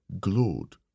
glowed